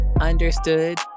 understood